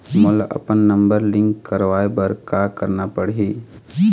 मोला अपन number link करवाये बर का करना पड़ही?